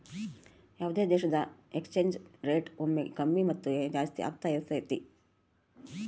ಯಾವುದೇ ದೇಶದ exchange rate ಒಮ್ಮೆ ಕಮ್ಮಿ ಮತ್ತು ಜಾಸ್ತಿ ಆಗ್ತಾ ಇರತೈತಿ